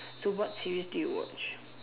so what series do you watch